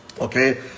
okay